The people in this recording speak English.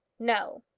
no.